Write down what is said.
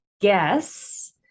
guess